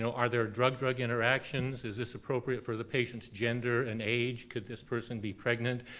so are there drug drug interactions, is this appropriate for the patient's gender and age, could this person be pregnant?